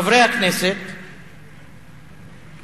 חבר הכנסת מולה,